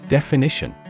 Definition